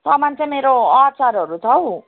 सामान चाहिँ मेरो अचारहरू छ हौ